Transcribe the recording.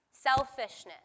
selfishness